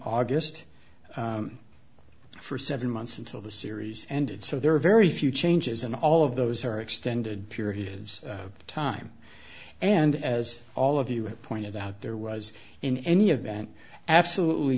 august for seven months until the series ended so there are very few changes and all of those are extended periods of time and as all of you have pointed out there was in any event absolutely